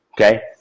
okay